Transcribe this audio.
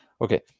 okay